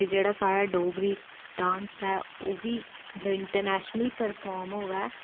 ते जेह्ड़ा साढ़ा डोगरी डांस ऐ ओह् बी मतलब इंटरनैशनली परफार्म होेए